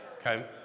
Okay